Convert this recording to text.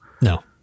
No